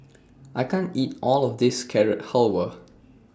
I can't eat All of This Carrot Halwa